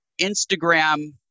Instagram